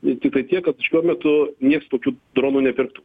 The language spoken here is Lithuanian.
vien tiktai tiek kad šiuo metu nieks tokių dronų nepirktų